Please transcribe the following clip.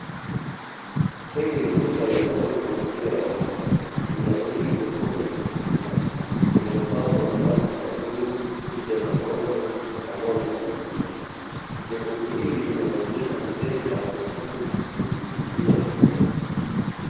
Hili ni duka linalouza maziwa ya ng'ombe, linamiliki jokofu la kidigitali lililopambwa kwa rangi za bluu, picha za ng'ombe, pamoja na maandishi. jokofu hili linamuwezesha mteja anapokuja, kujihudumia mwenyewe.